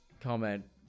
Comment